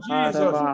Jesus